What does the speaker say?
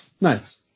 Nice